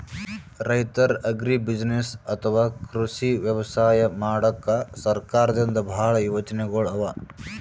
ರೈತರ್ ಅಗ್ರಿಬುಸಿನೆಸ್ಸ್ ಅಥವಾ ಕೃಷಿ ವ್ಯವಸಾಯ ಮಾಡಕ್ಕಾ ಸರ್ಕಾರದಿಂದಾ ಭಾಳ್ ಯೋಜನೆಗೊಳ್ ಅವಾ